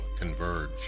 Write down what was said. converge